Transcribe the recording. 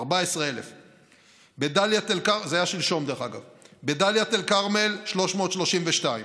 זה היה שלשום, דרך אגב, בדאלית אל-כרמל, 332,